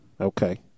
Okay